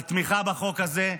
על תמיכה בחוק הזה.